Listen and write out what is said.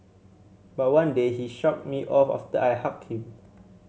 but one day he shrugged me off after I hugged him